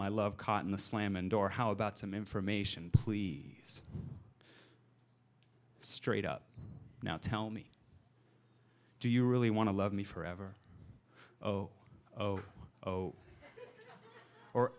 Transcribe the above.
my love caught in the slam and or how about some information please straight up now tell me do you really want to love me forever oh oh oh or